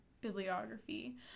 bibliography